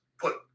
put